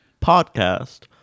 podcast